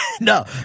No